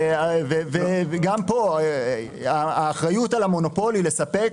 גם פה, האחריות על המונופול היא לספק